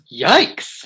Yikes